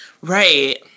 right